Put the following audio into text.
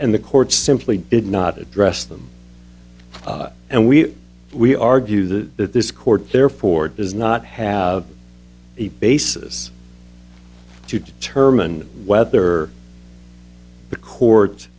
and the courts simply did not address them and we we argue that that this court therefore does not have a basis to determine whether the